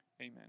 amen